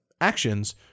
actions